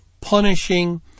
punishing